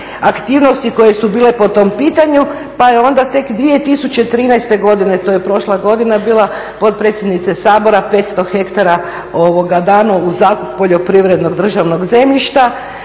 aktivnosti koje su bile po tom pitanju pa je onda tek 2013. godine, to je prošla godina bila, potpredsjednice Sabora 500 hektara dano u zakup poljoprivrednog državnog zemljišta.